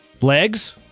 Legs